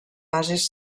bases